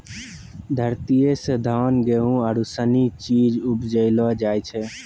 धरतीये से धान, गेहूं आरु सनी चीज उपजैलो जाय छै